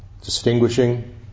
distinguishing